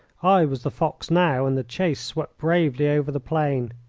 i was the fox now, and the chase swept bravely over the plain.